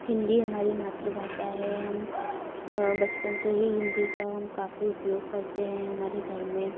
हिंदी हमारी मातृभाषा है हम बचपन से ही हिंदी का हम काफ़ी उपयोग करते हैं हमारे घर में